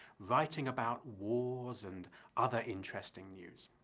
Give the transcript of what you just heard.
writing about wars and other interesting news.